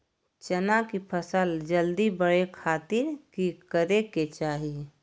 चना की फसल जल्दी बड़े खातिर की करे के चाही?